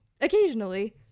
occasionally